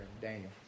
Daniel